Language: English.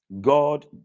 God